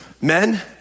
men